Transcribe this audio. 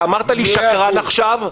אמרת לי שקרן עכשיו.